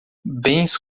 bens